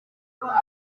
ukuboko